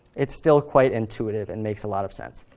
it's still quite intuitive and makes a lot of sense.